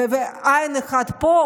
כשעין אחת פה,